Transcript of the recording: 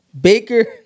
Baker